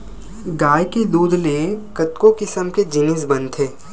गाय के दूद ले कतको किसम के जिनिस बनथे